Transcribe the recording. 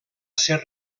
ser